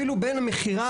אפילו בין מכירה,